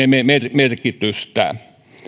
merkitystä